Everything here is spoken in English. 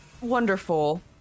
Wonderful